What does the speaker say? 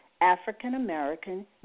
African-American